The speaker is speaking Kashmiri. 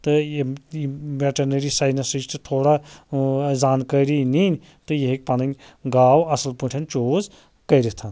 تہٕ یم یِم ویٚٹانٔری ساینَسٕچ تہِ تھوڑا زٲنٛکٲری نِنۍ تہٕ یہِ ہیٚکہِ پَنٕنۍ گاو اَصٕل پٲٹھٮ۪ن چوٗز کٔرِتھ